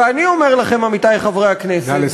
ואני אומר לכם, עמיתי חברי הכנסת, נא לסיים.